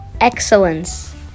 Excellence